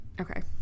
okay